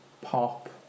pop